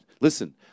Listen